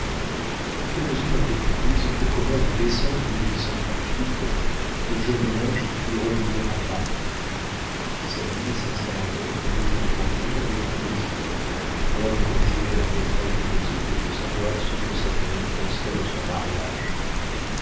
toutes les mesures avaient été prises pour qu'au mois de décembre le jeune ménage pût revenir à paris sabine s'installa donc rue de bourbon avec plaisir moins pour jouer à la maîtresse de maison que pour savoir ce que sa famille penserait de son mariage